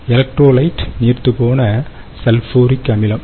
electrolyte நீர்த்துப்போன sulphuric அமிலம்